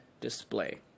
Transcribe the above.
display